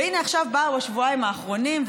והינה עכשיו באו השבועיים האחרונים,